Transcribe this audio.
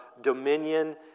dominion